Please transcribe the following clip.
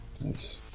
Nice